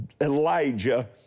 Elijah